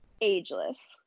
ageless